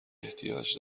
احتیاج